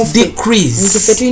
decrease